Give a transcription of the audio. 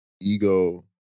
ego